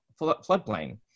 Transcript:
floodplain